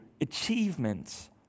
achievements